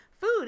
food